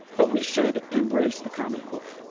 but we should embrace the common core.